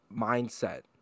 mindset